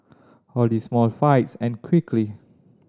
all these small fights end quickly